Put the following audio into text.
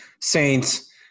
Saints